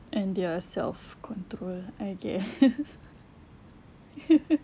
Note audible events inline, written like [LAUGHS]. and their self control I guess [LAUGHS]